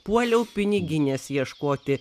puoliau piniginės ieškoti